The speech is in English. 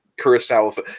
Kurosawa